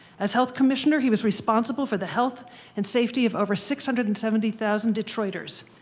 as health commissioner, he was responsible for the health and safety of over six hundred and seventy thousand detroiters.